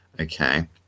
okay